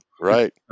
Right